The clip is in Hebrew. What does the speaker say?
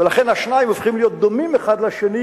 ולכן השניים הופכים להיות דומים אחד לשני,